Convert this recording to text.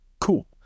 Cool